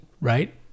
right